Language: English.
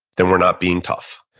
then we're not being tough.